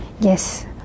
Yes